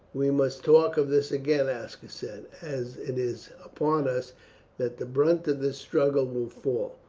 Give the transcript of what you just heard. we must talk of this again, aska said, as it is upon us that the brunt of this struggle will fall.